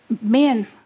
men